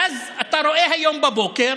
ואז אתה רואה היום בבוקר